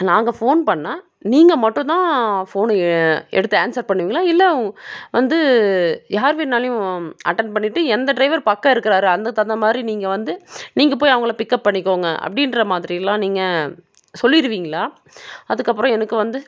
நாங்கள் ஃபோன் பண்ணிணா நீங்கள் மட்டும்தான் ஃபோனை எடுத்து ஆன்சர் பண்ணுவிங்களா இல்லை வந்து யார் வேணாலும் அட்டென்ட் பண்ணிவிட்டு எந்த ட்ரைவர் பக்கம் இருக்கிறாரு அதுக்கு தகுந்த மாதிரி நீங்கள் வந்து நீங்கள் போய் அவங்கள பிக்கப் பண்ணிக்கோங்க அப்படின்ற மாதிரியெலாம் நீங்கள் சொல்லிடுவிங்களா அதுக்கப்புறம் எனக்கு வந்து